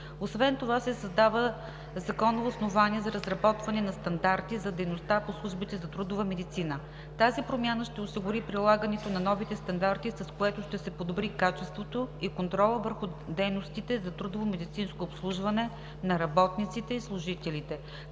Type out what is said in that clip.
Освен това се създава законово основание за разработване на стандарти за дейността на службите за трудова медицина. Тази промяна ще осигури прилагането на новите стандарти, с което ще се подобри качеството и контрола върху дейностите за трудовомедицинско обслужване на работниците и служителите.